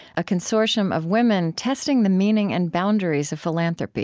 a consortium of women testing the meaning and boundaries of philanthropy